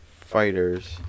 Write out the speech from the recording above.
fighters